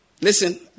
Listen